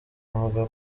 avuga